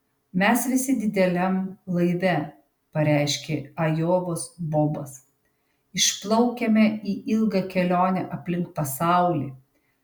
mes visi dideliam laive pareiškė ajovos bobas išplaukiame į ilgą kelionę aplink pasaulį